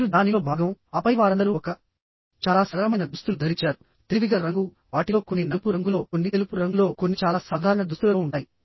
మీరు దానిలో భాగం ఆపై వారందరూ ఒక చాలా సరళమైన దుస్తులు ధరించారు తెలివిగల రంగు వాటిలో కొన్ని నలుపు రంగులో కొన్ని తెలుపు రంగులో కొన్ని చాలా సాధారణ దుస్తులలో ఉంటాయి